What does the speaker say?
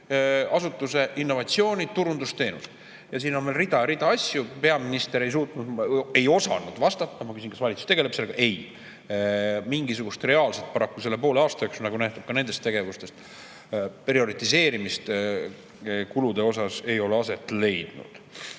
sihtasutuse innovatsiooni turundusteenus. Ja siin on veel rida asju. Peaminister ei suutnud, ei osanud vastata. Ma küsisin, kas valitsus tegeleb sellega – ei. Mingisugust reaalset [tegevust] paraku selle poole aasta jooksul, nagu nähtub ka nendest tegevustest, prioritiseerimist kulude osas ei ole aset leidnud.